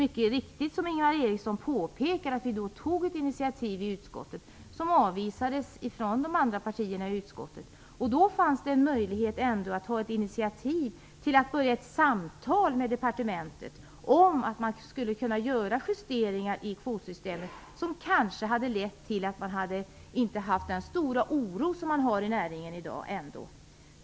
Ingvar Eriksson påpekar mycket riktigt att vi då tog ett initiativ i utskottet som avvisades av de andra partierna där. Det fanns då ändå möjlighet att ta ett initiativ till att börja ett samtal med departementet om att göra justeringar i kvotsystemet som kanske hade lett till att man inte hade haft den stora oro som i dag förekommer inom näringen.